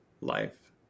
life